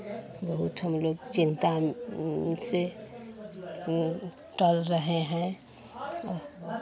बहुत हम लोग चिंता से टल रहे हैं